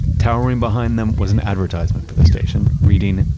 towering behind them was an advertisement for the station reading,